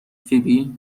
فیبی